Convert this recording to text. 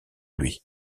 lui